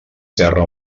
terra